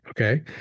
okay